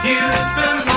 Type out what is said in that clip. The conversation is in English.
Houston